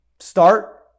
start